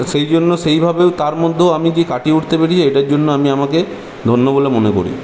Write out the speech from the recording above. সেই জন্য সেই ভাবেও তার মধ্যেও আমি যে কাটিয়ে উঠতে পেরেছি এটার জন্য আমি আমাকে ধন্য বলে মনে করি